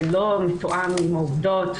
לא מתואם עם העובדות,